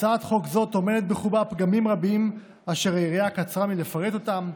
הצעת חוק זו טומנת בחובה פגמים רבים אשר היריעה קצרה מלפרט אותם.